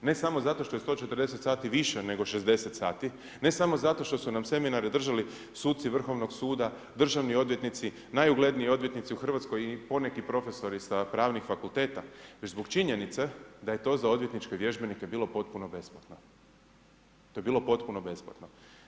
Ne samo zato što je 140 sati više nego 60 sati, ne samo zato što su nam seminare držali suci Vrhovnog suda, državni odvjetnici, najugledniji odvjetnici u Hrvatskoj i poneki profesori sa pravnih fakulteta, već zbog činjenice da je to za odvjetničke vježbenike bilo potpuno besplatno, to je bilo potpuno besplatno.